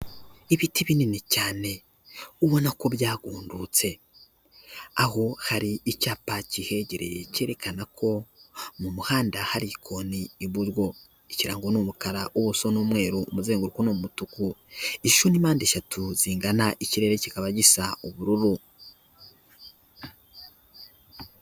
Ibiti binini cyane ubona ko byagundutse, aho hari icyapa kihegereye cyerekana ko mu muhanda hari ikoni iburyo. Ikirango ni umukara, ubuso ni umweru, umuzenguruko ni umutuku. Ishusho ni mpande eshatu zingana, ikirere kikaba gisa ubururu.